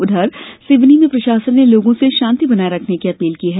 उधर सिवनी में प्रशासन ने लोगों से शांति बनाये रखने की अपील की है